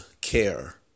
care